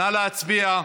נא להצביע.